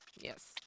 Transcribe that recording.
Yes